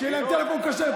שיהיה להם טלפון כשר.